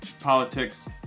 politics